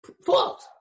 fault